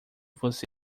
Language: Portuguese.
você